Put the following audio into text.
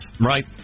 Right